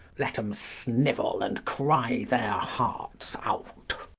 let em snivel and cry their hearts out.